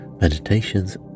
meditations